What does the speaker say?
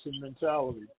mentality